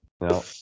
No